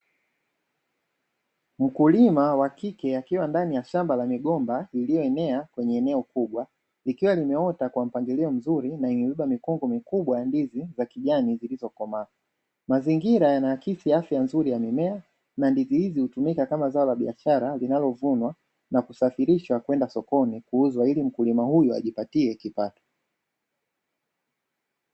Mkulima wa kike akiwa ndani ya shamba la migomba lililoenea kwenye eneo kubwa, ikiwa imeota kwa mpangilio mzuri na imebeba mikungu mikubwa ya ndizi za kijani zilizokomaa. Mazingira yanaakisi afya nzuri ya mimea, na ndizi hizi hutumika kama zao la biashara linalovunwa na kusafirishwa kwenda sokoni kuuzwa ili mkulima huyu ajipatie kipato.